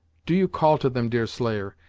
do you call to them, deerslayer,